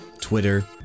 Twitter